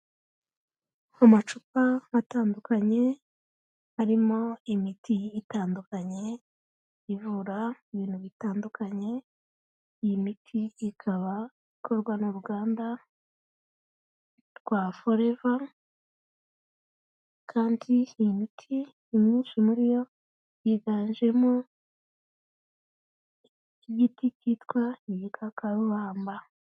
Amacupa atandukanye arimo imiti itandukanye ivura ibintu bitandukanye, iyi miti ikaba ikorwa n'uruganda rwa foreva kandi imiti myinshi muri yo yiganjemo igiti cyitwa igikakarubamba.